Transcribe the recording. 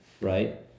right